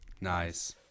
Nice